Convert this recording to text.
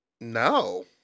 No